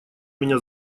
меня